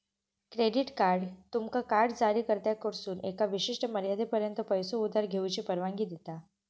credit card तुमका card जारीकर्त्याकडसून एका विशिष्ट मर्यादेपर्यंत पैसो उधार घेऊची परवानगी देता